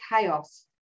chaos